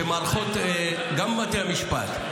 שגם בתי המשפט,